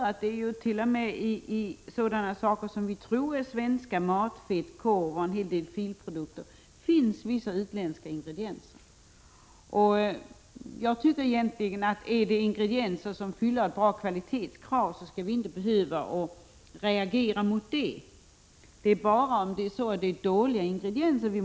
Det är nämligen så att även i en hel del matvaror som vi tror är svenska — matfett, korv och en del filprodukter — finns utländska ingredienser. Jag tycker att om ingredienserna fyller uppställda kvalitetskrav skall vi inte behöva reagera. Det skall vi göra bara om det är dåliga ingredienser.